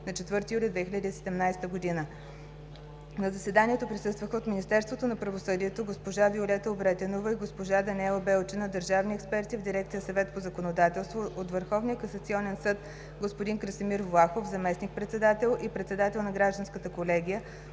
на 4 юли 2017 г. На заседанието присъстваха: от Министерството на правосъдието – госпожа Виолета Обретенова и госпожа Даниела Белчина – държавни експерти в дирекция „Съвет по законодателство”; от Върховния касационен съд – господин Красимир Влахов – заместник-председател и председател на Гражданската колегия;